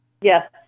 yes